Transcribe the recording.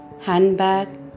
handbag